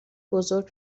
بزرگ